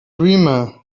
dreamer